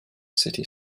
city